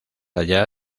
allá